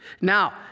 Now